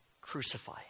crucify